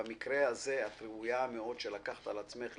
שהוא במצב פגיע ולא הרפו עד שמכרו לו את כל המוצרים שאתם רואים.